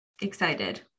excited